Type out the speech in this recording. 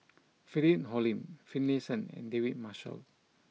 Philip Hoalim Finlayson and David Marshall